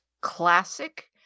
classic